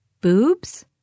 Boobs